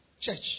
church